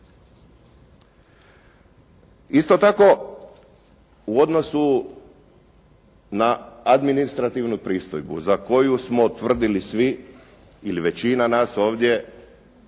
Isto tako u odnosu na administrativnu pristojbu za koju smo tvrdili svi ili većina nas ovdje